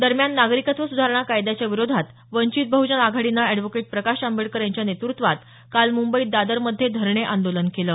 दरम्यान नागरिकत्व सुधारणा कायद्याच्या विरोधात वंचित बह्जन आघाडीनं अॅडव्होकेट प्रकाश आंबेडकर यांच्या नेतृत्वात काल मुंबईत दादरमध्ये धरणे आंदोलन केल